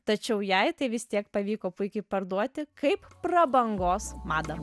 tačiau jai tai vis tiek pavyko puikiai parduoti kaip prabangos madą